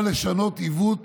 הוא בא לשנות עיוות